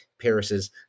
Paris's